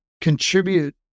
contribute